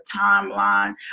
timeline